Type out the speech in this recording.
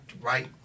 right